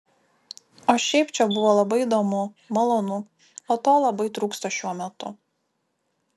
o šiaip čia buvo labai įdomu malonu o to labai trūksta šiuo metu